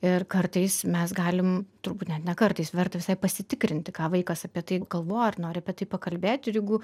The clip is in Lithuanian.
ir kartais mes galim turbūt net ne kartais verta visai pasitikrinti ką vaikas apie tai galvoja ar nori apie tai pakalbėt ir jeigu